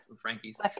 Frankie's